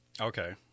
Okay